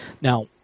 Now